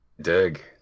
Dig